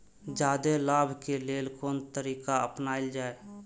जादे लाभ के लेल कोन तरीका अपनायल जाय?